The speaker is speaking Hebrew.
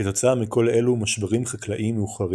כתוצאה מכל אלו משברים חקלאיים מאוחרים